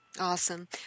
Awesome